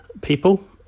people